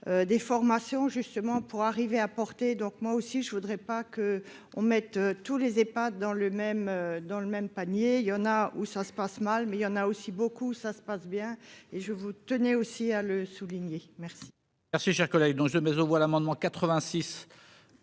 des formations justement pour arriver à porter, donc moi aussi je voudrais pas qu'on mette tous les ait pas dans le même dans le même panier, il y en a où ça se passe mal, mais il y en a aussi beaucoup, ça se passe bien, et je vous tenez aussi à le souligner, merci.